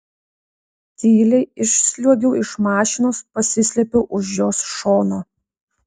tyliai išsliuogiau iš mašinos pasislėpiau už jos šono